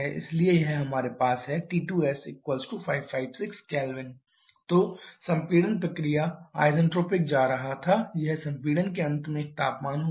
इसलिए यह हमारे पास है T2s556 K तो संपीड़न प्रक्रिया आईसेन्ट्रॉपिक जा रहा था यह संपीड़न के अंत में एक तापमान होता